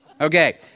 Okay